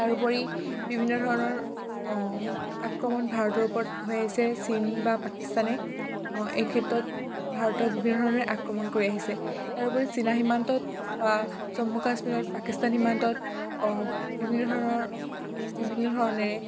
তাৰোপৰি বিভিন্ন ধৰণৰ আক্ৰমণ ভাৰতৰ ওপৰত হৈ আহিছে চীন বা পাকিস্তানে এইক্ষেত্ৰত ভাৰতক বিভিন্ন ধৰণেৰে আক্ৰমণ কৰি আহিছে তাৰোপৰি চীনা সীমান্তত বা জম্মু কাশ্মীৰত পাকিস্তান সীমান্তত বিভিন্ন ধৰণৰ বিভিন্ন ধৰণেৰে